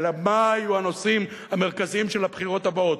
אלא מה יהיו הנושאים המרכזיים של הבחירות הבאות.